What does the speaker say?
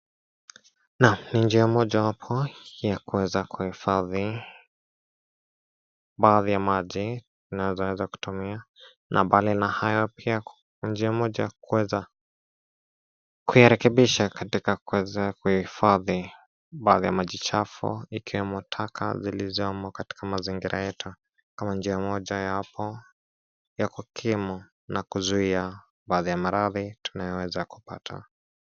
Naam ,ni njia moja wapo yakuweza kuhifadhi, baadhi ya maji zinaweza kutumia na mbali na hayo pia kuna njia moja ya kuweza kuyarekebisha katika kuweza kuhifadhi baadhi ya maji chafu ikiwemo taka zilizomangwa katika mazingira yetu kama njia moja na yapo yakukimu na kuzuia baadhi ya maradhi tunayo weza kupata.